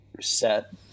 set